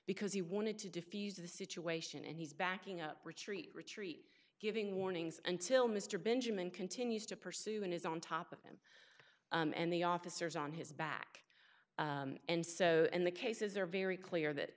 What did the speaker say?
because he wanted to defuse the situation and he's backing up retreat retreat giving warnings until mr benjamin continues to pursue and is on top of him and the officers on his back and so in the cases are very clear that